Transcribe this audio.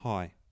Hi